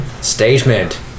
Statement